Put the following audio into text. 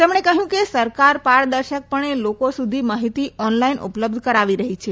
તેમણે કહ્યું કે સરકાર પારદર્શકપણે લોકો સુધી માહિતી ઓન લાઇન ઉપલબ્ધ કરાવી રહી છે